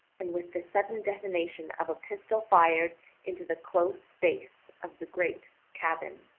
and with the sudden detonation of a pistol fired into the close space of the great cabin.